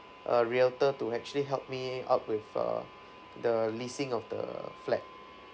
a realtor to actually help me up with uh the listing of the flat